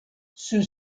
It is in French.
ceux